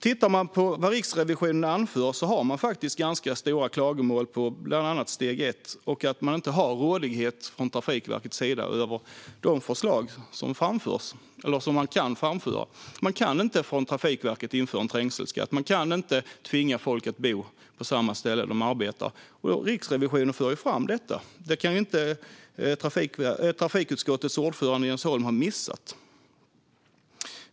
Tittar vi på vad Riksrevisionen anför ser vi att de faktiskt har ganska stora klagomål på bland annat steg 1 och på att Trafikverket inte har rådighet över de förslag som man kan framföra. Man kan inte från Trafikverkets sida införa en trängselskatt. Man kan inte tvinga folk att bo på samma ställe som de arbetar på. Riksrevisionen för fram detta. Det kan inte trafikutskottets ordförande Jens Holm ha missat.